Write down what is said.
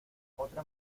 otra